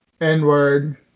N-word